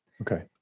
Okay